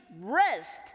rest